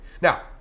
Now